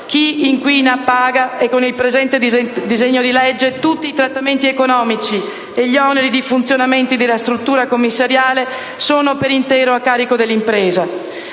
Chi inquina paga e, con il presente disegno di legge, tutti i trattamenti economici e gli oneri di funzionamento della struttura commissariale sono per intero a carico dell'impresa.